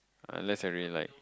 unless I really like